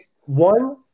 One